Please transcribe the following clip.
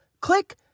Click